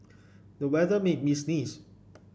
the weather made me sneeze